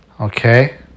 Okay